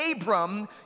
Abram